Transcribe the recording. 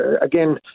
again